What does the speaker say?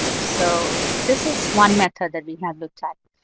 so this is one method that we have looked at.